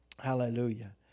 Hallelujah